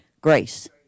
grace